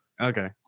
Okay